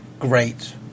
great